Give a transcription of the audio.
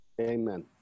Amen